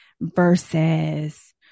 versus